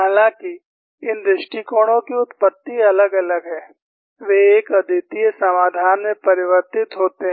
हालांकि इन दृष्टिकोणों की उत्पत्ति अलग अलग है वे एक अद्वितीय समाधान में परिवर्तित होते हैं